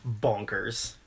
bonkers